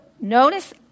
notice